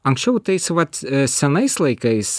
anksčiau tais vat senais laikais